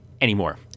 anymore